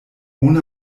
ohne